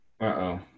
Uh-oh